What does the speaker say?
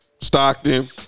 Stockton